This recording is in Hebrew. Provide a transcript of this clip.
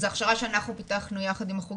זה הכשרה שאנחנו פיתחנו ביחד עם החוג